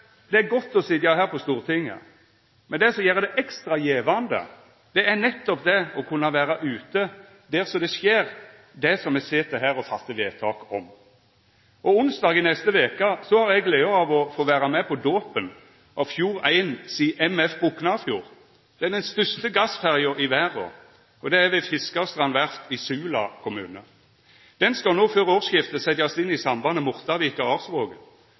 Det er godt å sitja her på Stortinget. Men det som gjer det ekstra gjevande, er nettopp det å kunna vera ute der det skjer, kunna sjå det som me sit her og gjer vedtak om. Onsdag i neste veke har eg gleda av å få vera med på dåpen av Fjord1s M/F «Boknafjord». Det er den største gassferja i verda, og det er ved Fiskerstrand Verft i Sula kommune. Ho skal no før årsskiftet setjast inn i